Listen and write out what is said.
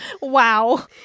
Wow